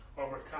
overcome